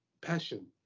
passion